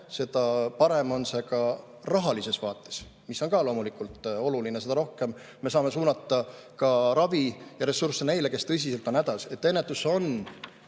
seda parem on see ka rahalises vaates, mis on ka loomulikult oluline. Seda rohkem me saame suunata ravi ja ressursse neile, kes tõsiselt on hädas. Ennetusse on